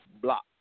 block